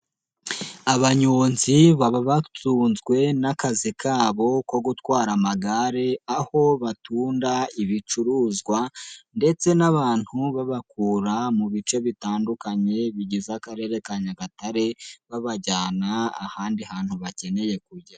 Abanyonzi baba batunzwe n'akazi kabo, ko gutwara amagare, aho batunda ibicuruzwa ndetse n'abantu babakura mu bice bitandukanye bigize akarere ka Nyagatare, babajyana ahandi hantu bakeneye kujya.